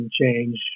change